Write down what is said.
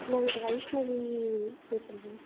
நாங்கள் வைஷ்ணவி பேசுகிறேங்க